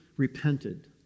Repented